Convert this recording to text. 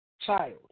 child